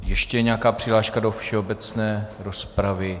Ještě je nějaká přihláška do všeobecné rozpravy?